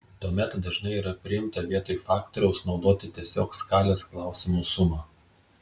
tuomet dažnai yra priimta vietoj faktoriaus naudoti tiesiog skalės klausimų sumą